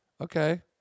Okay